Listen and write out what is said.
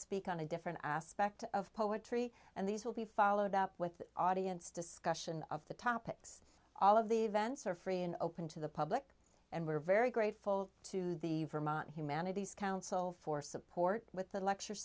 speak on a different aspect of poetry and these will be followed up with audience discussion of the topics all of the events are free and open to the public and we're very grateful to the vermont humanities council for support with the lecture